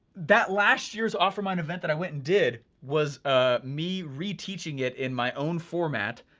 that last year's offermind event that i went and did, was ah me reteaching it in my own format,